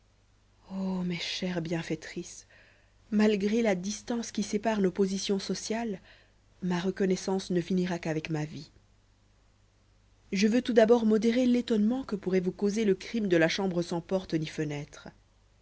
ô mes chères bienfaitrices malgré la distance qui sépare nos positions sociales ma reconnaissance ne finira qu'avec ma vie je veux tout d'abord modérer l'étonnement que pourrait vous causer le crime de la chambre sans porte ni fenêtre